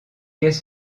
quais